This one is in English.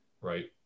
right